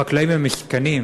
החקלאים הם מסכנים,